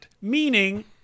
meaning